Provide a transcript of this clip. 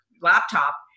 laptop